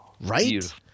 right